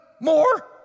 More